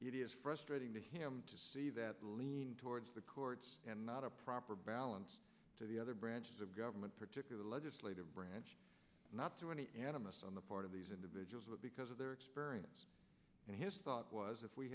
it is frustrating to him to see that lean towards the courts and not a proper balance to the other branches of government particularly legislative branch not to any animists on the part of these individuals with because of their experience and his thought was if we